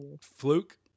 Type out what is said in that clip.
Fluke